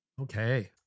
Okay